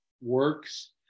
works